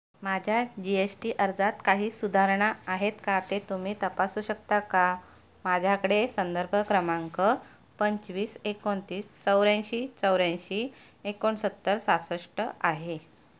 माज्या G S T अर्जात काही सुधारणा आहेत का ते तुम्ही तपासू शकता का माझ्याकडे संदर्भ क्रमांक पंचवीस एकोणतीस चौऱ्याऐंशी चौऱ्याऐंशी एकोणसत्तर सहासष्ट आहे